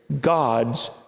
God's